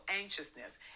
anxiousness